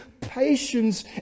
patience